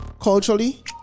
culturally